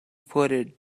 floated